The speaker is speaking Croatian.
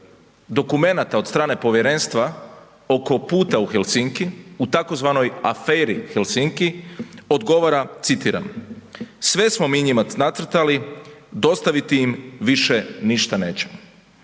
dokumenata od strane povjerenstva oko puta u Helsinki u tzv. aferi Helsinki odgovara citiram „sve smo mi njima nacrtali, dostavi im više ništa nećemo“.